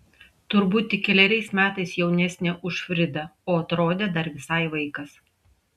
turbūt tik keleriais metais jaunesnė už fridą o atrodė dar visai vaikas